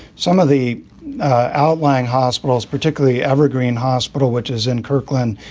some of the outlying hospitals, particularly evergreen hospital, which is in kirkland,